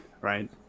right